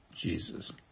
Jesus